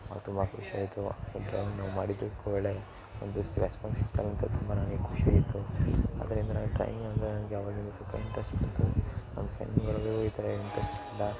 ಆಗ ತುಂಬ ಖುಷಿ ಆಯಿತು ಡ್ರಾಯಿಂಗ್ ನಾವು ಮಾಡಿದ್ದಕ್ಕೂ ಒಳ್ಳೆ ಒಂದು ಸ್ ರೆಸ್ಪಾನ್ಸ್ ಸಿಕ್ತಲ್ಲ ಅಂತ ತುಂಬ ನನಗೆ ಖುಷಿ ಇತ್ತು ಅದರಿಂದ ನನಗೆ ಡ್ರಾಯಿಂಗ್ ಅಂದರೆ ನನಗೆ ಆವಾಗಿಂದ ಸ್ವಲ್ಪ ಇಂಟ್ರಸ್ಟ್ ಬಂತು ನಮ್ಮ ಫ್ರೆಂಡ್ಗಳಿಗೂ ಈ ಥರ ಇಂಟ್ರಸ್ಟ್ ಜಾಸ್